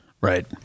Right